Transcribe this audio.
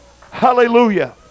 Hallelujah